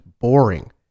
boring